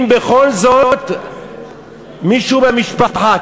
אם בכל זאת מישהו מהמשפחה,